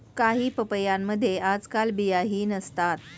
काही पपयांमध्ये आजकाल बियाही नसतात